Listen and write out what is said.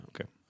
Okay